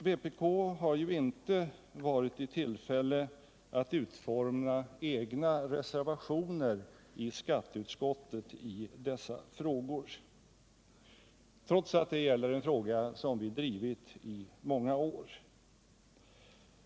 Vpk har ju inte i skatteutskottet varit i tillfälle att utforma egna reservationer, trots att det gäller en fråga som vi har drivit i många år.